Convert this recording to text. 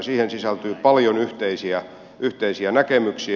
siihen sisältyy paljon yhteisiä näkemyksiä